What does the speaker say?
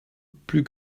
plus